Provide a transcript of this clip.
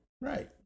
right